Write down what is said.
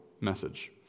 message